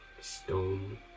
Stone